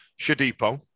Shadipo